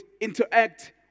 interact